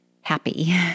happy